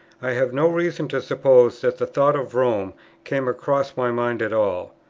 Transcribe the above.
i have no reason to suppose that the thoughts of rome came across my mind at all.